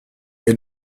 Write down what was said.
est